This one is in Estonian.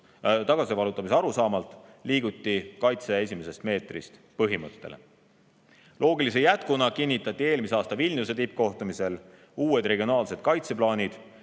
tagasivallutamise arusaamalt liiguti "kaitse esimesest meetrist " põhimõttele. Loogilise jätkuna kinnitati eelmise aasta Vilniuse tippkohtumisel uued regionaalsed kaitseplaanid